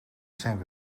zijn